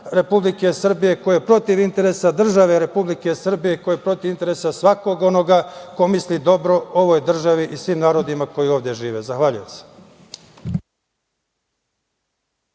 Republike Srbije, ko je protiv interesa države Republike Srbije, ko je protiv interesa svakog onoga koji misli dobro, ovoj državi i svim narodima koji ovde žive. Zahvaljujem.